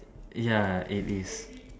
ya it is